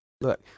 Look